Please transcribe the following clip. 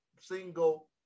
single